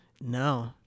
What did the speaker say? No